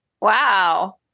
Wow